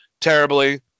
terribly